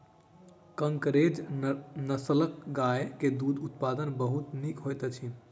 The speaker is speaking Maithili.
कंकरेज नस्लक गाय के दूध उत्पादन बहुत नीक होइत अछि